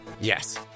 Yes